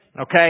okay